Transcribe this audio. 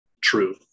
true